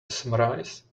summarize